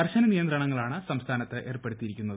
കർശന നിയന്ത്രണങ്ങളാണ് സംസ്ഥാനത്ത് ഏർപ്പെടുത്തിയിരിക്കുന്നത്